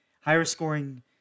higher-scoring